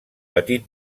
petit